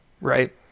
right